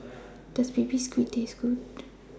Does Baby Squid Taste Good